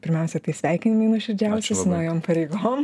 pirmiausia tai sveikinimai nuoširdžiausi su naujom pareigom